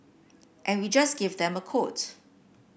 and we just gave them a quote